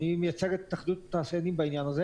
אני מייצג את התאחדות התעשיינים בעניין הזה